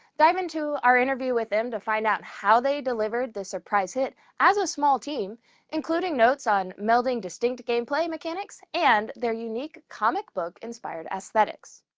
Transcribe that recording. dive into our interview with them to find out how they delivered the surprise hit as a small team including notes on melding distinct gameplay mechanics and their unique comic book-inspired aesthetics.